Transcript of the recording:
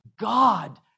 God